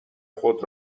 خود